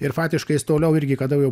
ir fatiškai jis toliau irgi kada jau